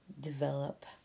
develop